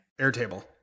Airtable